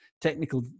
technical